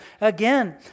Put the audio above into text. again